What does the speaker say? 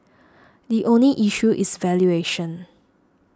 the only issue is valuation